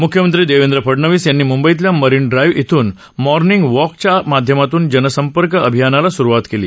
मुख्यमंत्री देवेंद्र फडनवीस यांनी मुंबईतल्या मरीन ड्राईव्ह इथून मॉर्निंग वॉक च्या माध्यमातून जनसंपर्क अभियानाला सुरवात केली